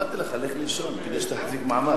אמרתי לך, לֵך לישון כדי שתחזיק מעמד.